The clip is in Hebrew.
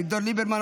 אביגדור ליברמן,